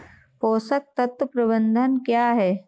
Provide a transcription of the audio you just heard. पोषक तत्व प्रबंधन क्या है?